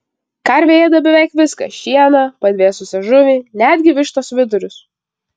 karvė ėda beveik viską šieną padvėsusią žuvį netgi vištos vidurius